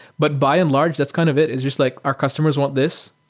but by and large, that's kind of it, it's just like our customers want this.